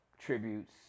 tributes